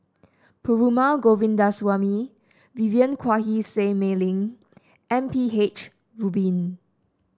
Perumal Govindaswamy Vivien Quahe Seah Mei Lin and M P H Rubin